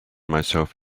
myself